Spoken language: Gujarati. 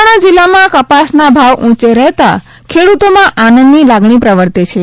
મહેસાણા જીલ્લામાં કપાસના ભાવ ઉંચે રહેતા ખેડૂતોમાં આનંદની લાગણી પ્રર્વતે છે